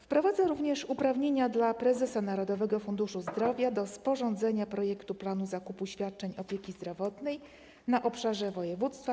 Wprowadzają również uprawnienia dla prezesa Narodowego Funduszu Zdrowia do sporządzenia projektu planu zakupu świadczeń opieki zdrowotnej na obszarze województwa.